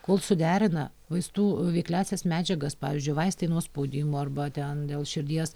kol suderina vaistų veikliąsias medžiagas pavyzdžiui vaistai nuo spaudimo arba ten dėl širdies